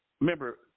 remember